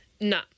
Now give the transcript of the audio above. No